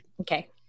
Okay